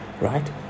Right